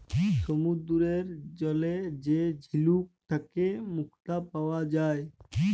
সমুদ্দুরের জলে যে ঝিলুক থ্যাইকে মুক্তা পাউয়া যায়